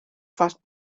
fast